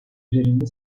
üzerinde